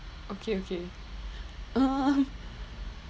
okay okay um